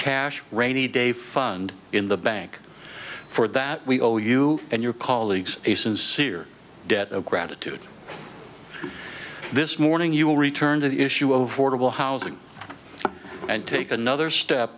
cash rainy day fund in the bank for that we owe you and your colleagues a sincere debt of gratitude this morning you will return to the issue of fordable housing and take another step